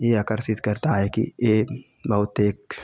यह आकर्षित करता है कि यह बहुत एक